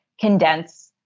condense